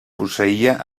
posseïa